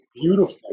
beautiful